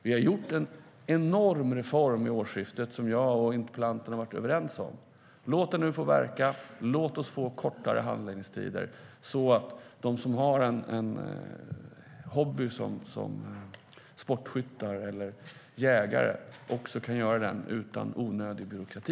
Vi har gjort en enorm reform från årsskiftet, som jag och interpellanten varit överens om. Låt den nu få verka så att vi får kortare handläggningstider och så att de som har sportskytte eller jakt som hobby kan utöva dem utan onödig byråkrati.